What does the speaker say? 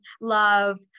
love